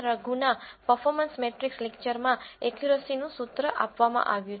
રઘુના performance metrics લેકચરમાં એકયુરસીનું સૂત્ર આપવામાં આવ્યું છે